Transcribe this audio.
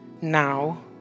now